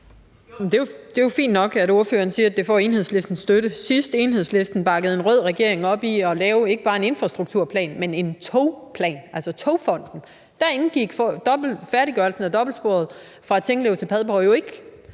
Det er jo fint nok, at ordføreren siger, at det får Enhedslistens støtte. Sidst Enhedslisten bakkede en rød regering op i at lave ikke bare en infrastrukturplan, men en togplan, altså Togfonden DK, indgik færdiggørelsen af dobbeltsporet fra Tinglev til Padborg jo ikke.